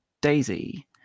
Daisy